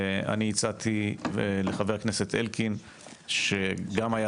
אני הצעתי לחבר הכנסת אלקין שגם היה